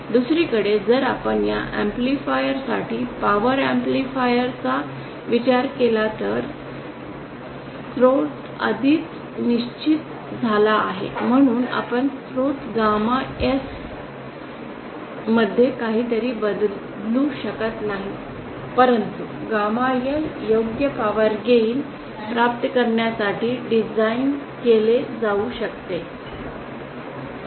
दुसरीकडे जर आपण या एम्पलीफायर साठी पॉवर एम्पलीफायर चा विचार केला तर स्त्रोत आधीच निश्चित झाला आहे म्हणून आपण स्त्रोत गामा s मध्ये काहीही बदलू शकत नाही परंतु गॅमा L योग्य पॉवर गेन प्राप्त करण्यासाठी डिझाइन केले जाऊ शकते